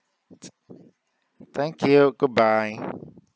thank you goodbye